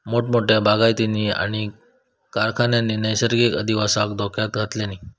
मोठमोठ्या बागायतींनी आणि कारखान्यांनी नैसर्गिक अधिवासाक धोक्यात घातल्यानी